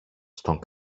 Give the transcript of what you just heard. στον